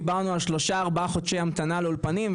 דיברנו על שלושה-ארבעה חודשי המתנה לאולפנים,